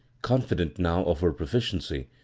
confident now of her profi ciency,